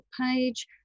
page